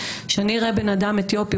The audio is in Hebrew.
שאני אראה בן אדם אתיופי,